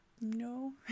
no